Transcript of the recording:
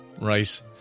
right